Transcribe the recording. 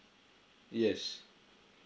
yes